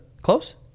Close